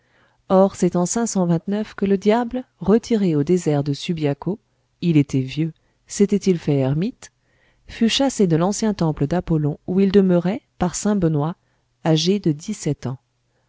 or c'est en que le diable retiré au désert de subiaco il était vieux s'était-il fait ermite fut chassé de l'ancien temple d'apollon où il demeurait par saint benoît âgé de dix-sept ans